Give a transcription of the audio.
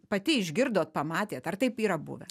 pati išgirdot pamatėt ar taip yra buvę